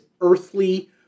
earthly